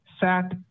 sat